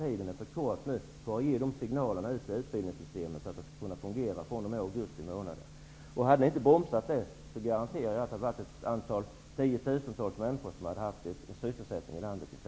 Tiden är för knapp för att ge sådana signaler i utbildningssystemet så att åtgärderna skall kunna fungera från augusti månad. Hade ni inte bromsat detta, garanterar jag att det hade varit ett antal fler tiotusental människor i sysselsättning i landet.